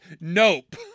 Nope